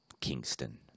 Kingston